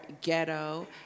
ghetto